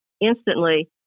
instantly